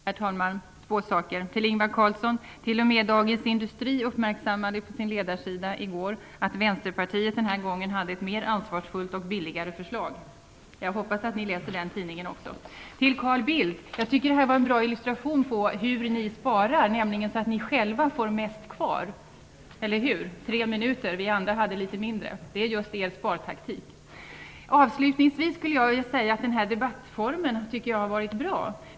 Herr talman! Det är två saker jag vill säga. Till Ingvar Carlsson vill jag säga att t.o.m. tidningen Dagens industri uppmärksammade på sin ledarsida i går att Vänsterpartiet denna gång hade ett mer ansvarsfullt och mindre kostsamt förslag. Jag hoppas att ni socialdemokrater också läser den tidningen. Till Carl Bildt vill jag säga att illustrationen på hur moderaterna sparar var bra, nämligen så att ni själva får mest kvar. Eller hur? Carl Bildt hade tre minuter kvar; vi andra hade litet mindre. Det är just er spartaktik. Avslutningsvis vill jag säga att denna debattform visat sig vara bra.